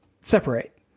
separate